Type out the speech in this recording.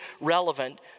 relevant